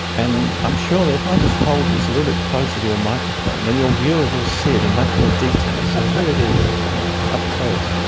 and i'm sure that if i just hold this a little bit closer to your microphone then your viewers will see it in much more detail, so here it is up close.